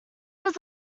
was